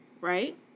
right